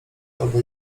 albo